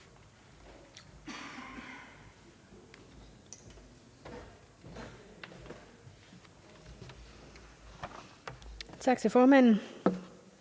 Tak til formanden.